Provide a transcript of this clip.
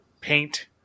paint